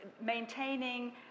maintaining